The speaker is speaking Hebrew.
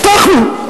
הבטחנו.